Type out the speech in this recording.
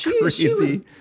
crazy